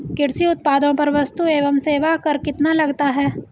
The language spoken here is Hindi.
कृषि उत्पादों पर वस्तु एवं सेवा कर कितना लगता है?